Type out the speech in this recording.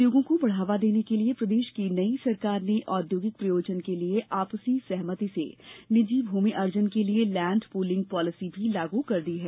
उद्योगों को बढ़ावा देने के लिये प्रदेश की नई सरकार ने औद्योगिक प्रयोजन के लिये आपसी सहमति से निजी भूमि अर्जन के लिए लैंड पूलिंग पॉलिसी भी लागू कर दी है